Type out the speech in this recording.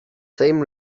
same